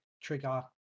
trigger